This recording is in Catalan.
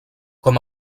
com